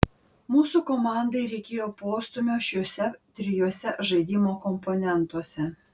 mūsų komandai reikėjo postūmio šiuose trijuose žaidimo komponentuose